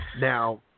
Now